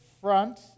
front